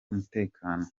umutekano